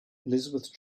elizabeth